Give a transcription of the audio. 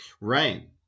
Right